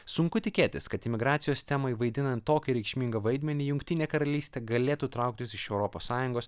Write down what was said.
sunku tikėtis kad imigracijos temoj vaidinant tokį reikšmingą vaidmenį jungtinė karalystė galėtų trauktis iš europos sąjungos